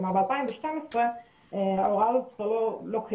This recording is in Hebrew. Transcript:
כלומר ב-2012 ההוראה הזאת כבר לא קיימת,